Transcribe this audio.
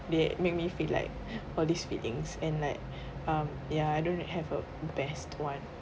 they make me feel like all these feelings and like um ya I don't have a best one